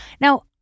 Now